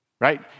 right